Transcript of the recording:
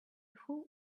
hull